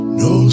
no